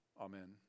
Amen